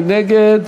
מי נגד?